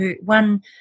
one